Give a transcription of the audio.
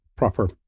proper